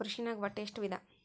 ಕೃಷಿನಾಗ್ ಒಟ್ಟ ಎಷ್ಟ ವಿಧ?